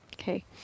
Okay